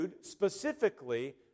specifically